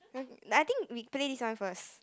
I think we play this one first